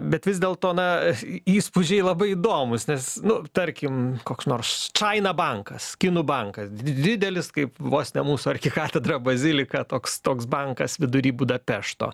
bet vis dėlto na įspūdžiai labai įdomūs nes nu tarkim koks nors čaina bankas kinų bankas didelis kaip vos ne mūsų arkikatedra bazilika toks toks bankas vidury budapešto